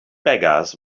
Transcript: beggars